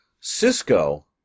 Cisco